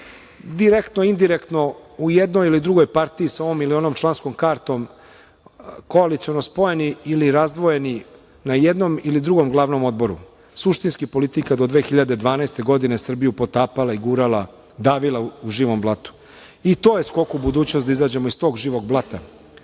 blatu. Direktno, indirektno, u jednoj ili drugoj partiji, sa ovom ili onom članskom kartom, koaliciono spojeni ili razdvojeni, na jednom ili drugom glavnom odboru, suštinski, politika do 2012. godine je Srbiju potapala i gurala, davila u živom blatu. I to je „Skok u budućnost“, da izađemo iz tog živog blata. Ali,